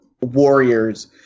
warriors